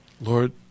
Lord